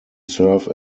serve